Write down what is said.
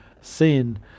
sin